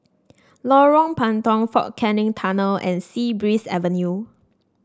Lorong Puntong Fort Canning Tunnel and Sea Breeze Avenue